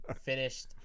finished